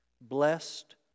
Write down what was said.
blessed